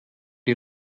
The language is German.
die